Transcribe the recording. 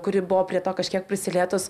kuri buvo prie to kažkiek prisilietus